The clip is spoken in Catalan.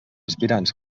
aspirants